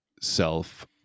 self